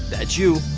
that's you.